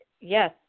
yes